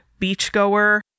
beachgoer